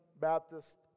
Baptist